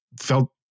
felt